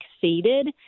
succeeded